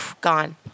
Gone